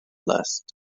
list